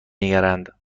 نگرند